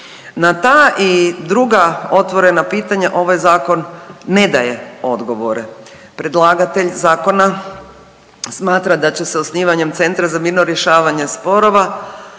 Na ta i druga otvorena pitanja ovaj zakon ne daje odgovore, predlagatelj zakona smatra da će se osnivanjem Centra za mirno rješavanje sporova